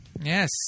Yes